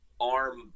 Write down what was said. arm